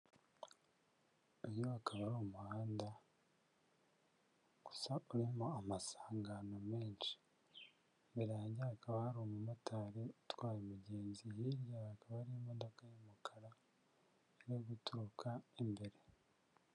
Uyu akaba ari umuhanda gusa urimo amasangano menshi, imbere yange hakaba hari umumotari utwaye umugenzi, hirya hakaba hari imodoka y'umukara iri guturuka imbere.